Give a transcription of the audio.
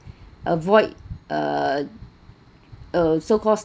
avoid uh uh so called